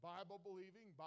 Bible-believing